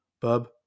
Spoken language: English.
Bub